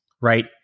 right